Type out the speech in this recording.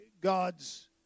God's